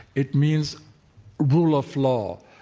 it means rule of law.